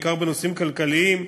בעיקר בנושאים כלכליים,